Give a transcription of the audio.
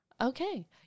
Okay